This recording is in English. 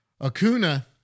Acuna